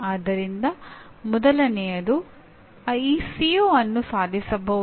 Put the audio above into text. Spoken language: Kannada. ಆದ್ದರಿಂದ ಮೊದಲನೆಯದು ಈ ಸಿಒ ಅನ್ನು ಸಾಧಿಸಬಹುದೇ